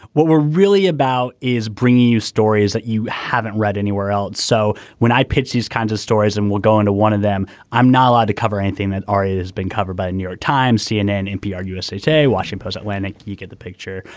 what we're really about is bringing you stories that you haven't read anywhere else. so when i pitch these kinds of stories and we'll go into one of them i'm not allowed to cover anything that already has been covered by the new york times cnn npr usa today washington's atlantic. you get the picture.